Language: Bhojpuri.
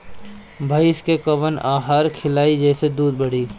भइस के कवन आहार खिलाई जेसे दूध बढ़ी?